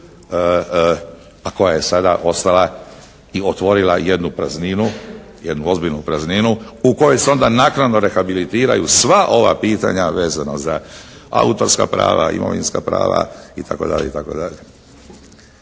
a koja je sada ostala i otvorila jednu ozbiljnu prazninu u koju se onda naknadno rehabilitiraju sva ova pitanja vezano za autorska prava, imovinska prava itd.